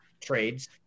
trades